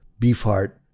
Beefheart